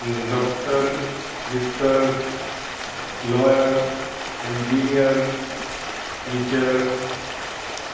doctor mister lawyer engineer teacher